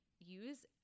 use